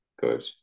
good